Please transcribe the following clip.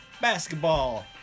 basketball